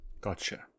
Gotcha